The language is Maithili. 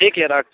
ठीक यऽ राखु